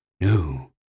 No